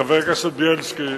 החיילים שכתבו